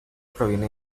proviene